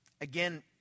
again